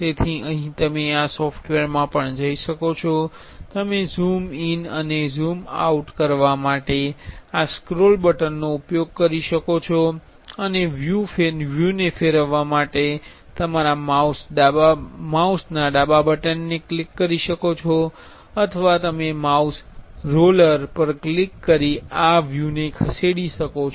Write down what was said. તેથી અહીં તમે આ સોફ્ટવેરમાં પણ જોઈ શકો છો તમે ઝૂમ ઇન અને ઝૂમ આઉટ કરવા માટે આ સ્ક્રોલ બટન નો ઉપયોગ કરી શકો છો અને વ્યુ ને ફેરવવા માટે તમારા માઉસ ના ડાબા બટનને ક્લિક કરી શકો છો અથવા તમે માઉસ રોલર પર ક્લિક કરી આ વ્યુ ને ખસેડી શકો છો